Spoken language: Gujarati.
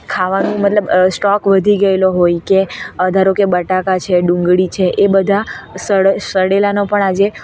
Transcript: ખાવાનું મતલબ સ્ટોક વધી ગયેલો હોય કે ધારોકે બટાકા છે ડુંગળી છે એ બધા સડેલાનો પણ આજે